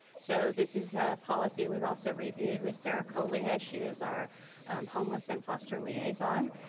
so this is a policy we've also reviewed with sarah kohli as she is our homeless and foster liaison.